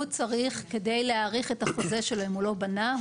הוא צריך כדי להאריך את החוזה שלו אם הוא לא בנה,